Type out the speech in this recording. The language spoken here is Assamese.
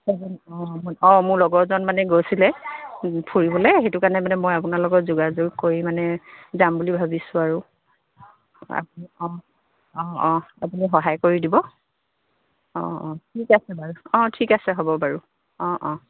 অঁ অঁ মোৰ লগৰজন মানে গৈছিলে ফুৰিবলৈ সেইটো কাৰণে মানে মই আপোনাৰ লগত যোগাযোগ কৰি মানে যাম বুলি ভাবিছোঁ আৰু অঁ অঁ অঁ আপুনি সহায় কৰি দিব অঁ অঁ ঠিক আছে বাৰু অঁ ঠিক আছে হ'ব বাৰু অঁ অঁ